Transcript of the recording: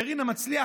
לרינה מצליח.